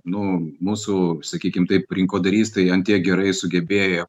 nu mūsų sakykim taip rinkodaristai ant tiek gerai sugebėjo